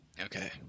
Okay